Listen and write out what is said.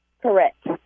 Correct